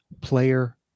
Player